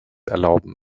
erlauben